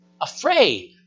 afraid